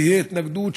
תהיה התנגדות שם,